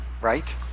Right